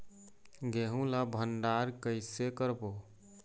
गेहूं ला भंडार कई से करबो?